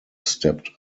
stepped